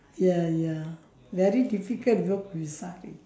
ya ya very difficult work with sari